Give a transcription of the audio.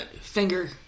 finger